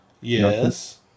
Yes